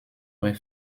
were